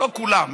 לא כולם,